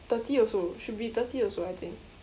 thirty also should be thirty also I think